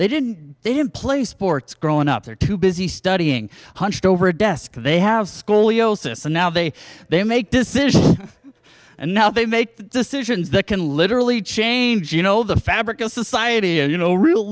they didn't they didn't play sports growing up they're too busy studying hunched over a desk they have scoliosis and now they they make decisions and now they make decisions that can literally change you know the fabric of society and you know real